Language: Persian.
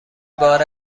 بار